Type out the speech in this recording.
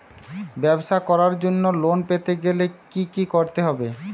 ব্যবসা করার জন্য লোন পেতে গেলে কি কি করতে হবে?